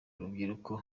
rubyiruko